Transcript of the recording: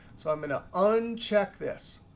so i'm going to uncheck this.